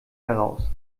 daraus